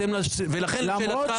גלעד,